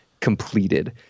completed